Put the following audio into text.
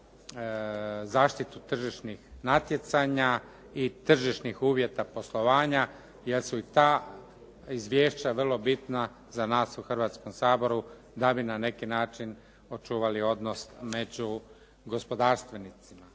zaštitu tržišnih natjecanja i tržišnih uvjeta poslovanja jer su i ta izvješća vrlo bitna za nas u Hrvatskom saboru da bi na neki način očuvali odnos među gospodarstvenicima.